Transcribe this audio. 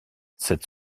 cette